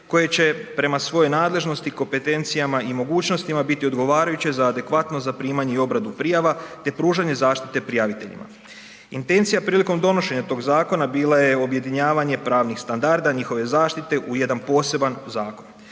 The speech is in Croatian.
koje će prema svojoj nadležnosti i kompetencijama i mogućnostima biti odgovarajuće za adekvatno zaprimanje i obradu prijava, te pružanje zaštite prijaviteljima. Intencija prilikom donošenja tog zakona bila je objedinjavanje pravnih standarda i njihove zaštite u jedan poseban zakon.